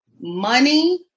Money